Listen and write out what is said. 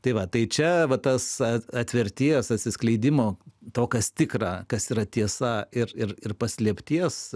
tai va tai čia va tas atverties atsiskleidimo to kas tikra kas yra tiesa ir ir paslėpties